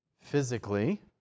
Physically